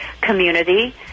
community